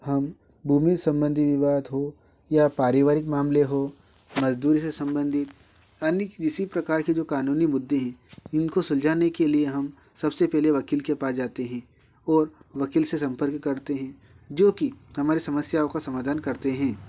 हम भूमि संबंधी विवाद हो या पारिवारिक मामले हो मजदूर से संबंधी अन्य किसी प्रकार की जो कानूनी मुद्दे हैं इनको सुलझाने के लिए हम सबसे पहले वकील के पास जाते हैं और वकील से संपर्क करते हैं जो कि हमारे समस्याओं का समाधान करते हैं